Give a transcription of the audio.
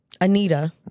Anita